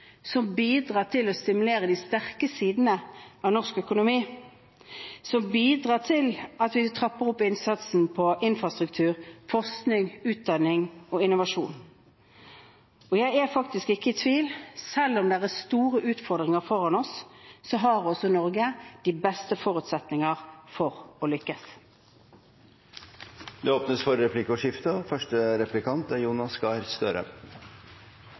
som bidrar til å stimulere de sterke sidene av norsk økonomi, og som bidrar til at vi trapper opp innsatsen på infrastruktur, forskning, utdanning og innovasjon. Jeg er faktisk ikke i tvil: Selv om det er store utfordringer foran oss, har også Norge de beste forutsetninger for å lykkes. Det blir replikkordskifte. Takk for